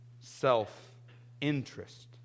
self-interest